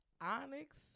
Onyx